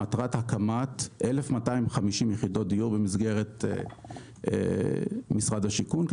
למטרת הקמת 1,250 יחידות דיור במסגרת משרד השיכון,